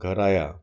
घर आया